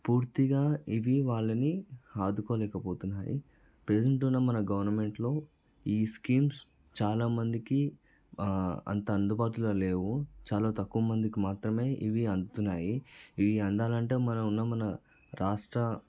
పూర్తిగా ఇవి వాళ్ళని ఆదుకోలేకపోతున్నాయి ప్రజెంట్ ఉన్న మన గవర్నమెంట్లో ఈ స్కీమ్స్ చాలా మందికి అంత అందుబాటులో లేవు చాలా తక్కువ మందికి మాత్రమే ఇవి అందుతున్నాయి ఇవి అందాలి అంటే మనం ఉన్న మన రాష్ట్ర